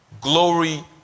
glory